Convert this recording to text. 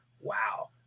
wow